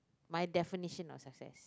my definition of success